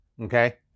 okay